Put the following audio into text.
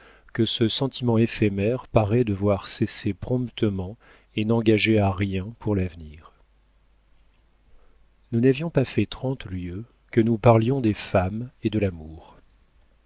que ce sentiment éphémère paraît devoir cesser promptement et n'engager à rien pour l'avenir nous n'avions pas fait trente lieues que nous parlions des femmes et de l'amour